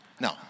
No